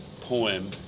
poem